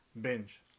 binge